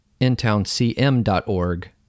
IntownCM.org